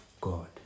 God